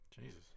Jesus